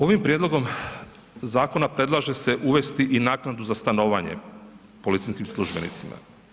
Ovim prijedlogom zakona predlaže se uvesti i naknadu za stanovanje policijskim službenicima.